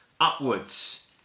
upwards